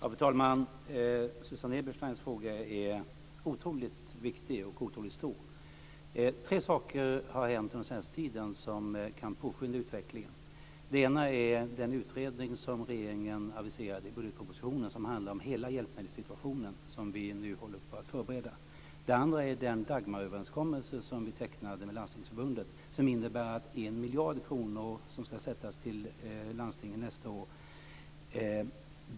Fru talman! Susanne Ebersteins fråga är otroligt viktig och otroligt stor. Tre saker har hänt under den senaste tiden som kan påskynda utvecklingen. Det första är den utredning som regeringen aviserade i budgetpropositionen om hela hjälpmedelssituationen, vilken vi nu håller på att förbereda. Det andra är Dagmaröverenskommelsen, som vi tecknade med Landstingsförbundet och som innebär att 1 miljard kronor ska avsättas till landstingen nästa år.